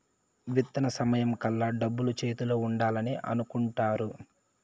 విత్తన సమయం కల్లా డబ్బులు చేతిలో ఉండాలని అనుకుంటారు